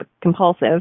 compulsive